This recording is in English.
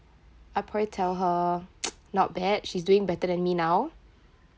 I probably tell her not bad she's doing better than me now